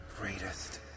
greatest